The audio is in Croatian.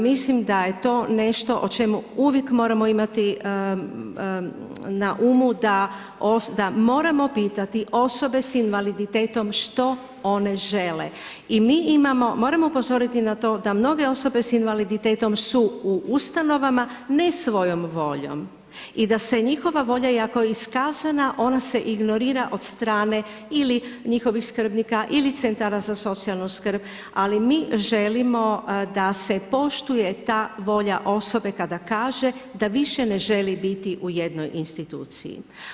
Mislim da je to nešto o čemu uvijek moramo imati na umu da moramo pitati osobe s invaliditetom što one žele i mi imamo, moramo upozoriti na to da mnoge osobe s invaliditetom su u ustanovama ne svojom voljom i da se njihova volja, i ako je iskazana, ona se ignorira od strane ili njihovih skrbnika ili centara za socijalnu skrb, ali mi želimo da se poštuje ta volja osobe kada kaže da više ne želi biti u jednoj instituciji.